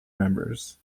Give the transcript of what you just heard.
members